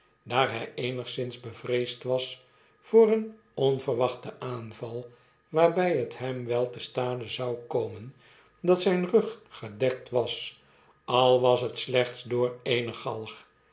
hjj eenigszins bevreesd was voor een onverwachten aanval waarbij het hem wel te stade zou komen dat zpruggedekt was al was het slechts door eene galg